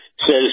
says